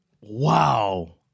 Wow